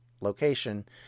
location